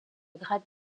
grade